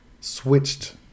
switched